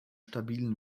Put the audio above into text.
stabilen